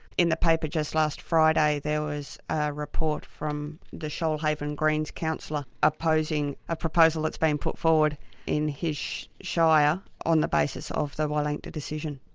in the paper just last friday there was a report from the shoalhaven greens councillor opposing a proposal that's been put forward in his shire on the basis of the wielangta decision.